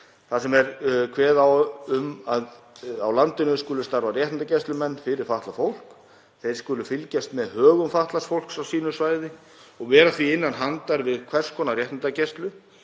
er á um að á landinu skulu starfa réttindagæslumenn fyrir fatlað fólk. Þeir skulu fylgjast með högum fatlaðs fólks á sínu svæði og vera því innan handar við hvers konar réttindagæslu.